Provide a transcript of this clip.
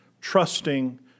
trusting